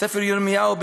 בספר ירמיהו,